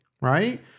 Right